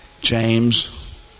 James